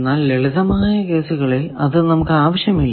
എന്നാൽ ലളിതമായ കേസുകളിൽ അത് നമുക്ക് ആവശ്യമില്ല